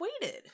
waited